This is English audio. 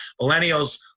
millennials